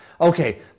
Okay